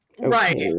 Right